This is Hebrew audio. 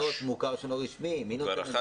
מוסדות מוכר שאינו רשמי, מי נותן את זה?